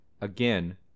again